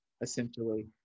essentially